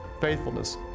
faithfulness